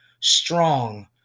strong